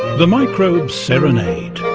the microbe serenade.